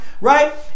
right